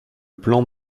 plan